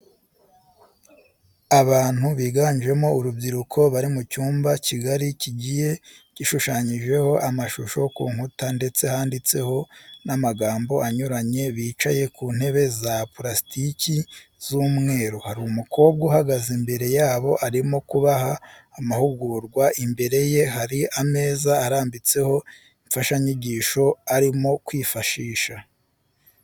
Abantu biganjemo urubyiruko bari mu cyumba kigari kigiye gishushanyijeho amashusho ku nkuta ndetse handitseho n'amagambo anyuranye bicaye ku ntebe za purasitiki z'umweru, hari umukobwa uhagaze imbere yabo arimo kubaha amahugurwa imbere ye hari ameza arambitseho imfashanyigisho arimo kwifashisha.